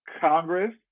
Congress